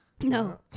No